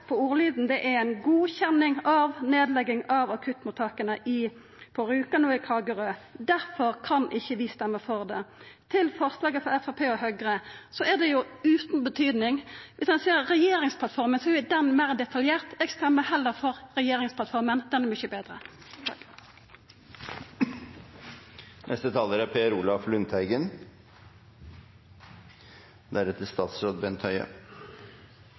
på ordlyden at er ei godkjenning av nedlegging av akuttmottaka på Rjukan og i Kragerø. Difor kan vi ikkje stemma for det. Når det gjeld forslaget frå Framstegspartiet og Høgre, er det utan betyding. Viss ein ser på regjeringsplattforma, er ho meir detaljert. Eg stemmer heller for regjeringsplattforma – den er mykje betre. Argumentet til regjeringa for å nedlegge sjukehusene er